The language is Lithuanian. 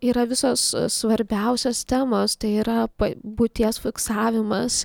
yra visos svarbiausios temos tai yra būties fiksavimas